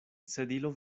sedilo